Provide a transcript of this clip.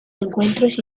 encuentros